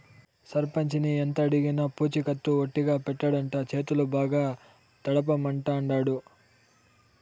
సర్పంచిని ఎంతడిగినా పూచికత్తు ఒట్టిగా పెట్టడంట, చేతులు బాగా తడపమంటాండాడు